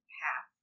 half